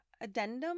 addendum